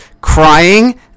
Crying